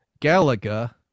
Galaga